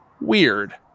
Weird